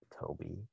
Toby